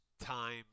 Time